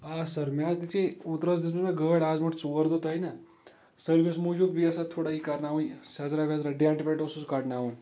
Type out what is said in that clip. آ سر مےٚ حظ دِژے اوترٕ حظ دِژ مےٚ گٲڑ آز برۄنٛٹھ ژور دۄہ نہ سٔروِس موٗجوٗب بیٚیہِ اوس اَتھ تھوڑا یہِ کَرناوُن سیزرا ویزرا ڈینٛٹ وینٛٹ اوسُس کَڑناوُن